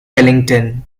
wellington